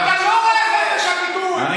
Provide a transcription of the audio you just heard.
אתה לא רואה את חופש הביטוי,